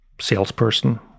salesperson